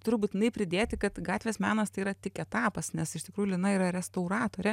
turiu būtinai pridėti kad gatvės menas tai yra tik etapas nes iš tikrųjų lina yra restauratorė